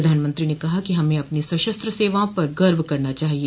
प्रधानमंत्री ने कहा कि हमें अपनी सशस्त्र सेवाओं पर गर्व करना चाहिए